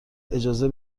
اجازه